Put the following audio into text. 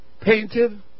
Painted